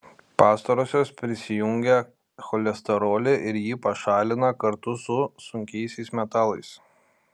pastarosios prisijungia cholesterolį ir jį pašalina kartu su sunkiaisiais metalais